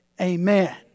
Amen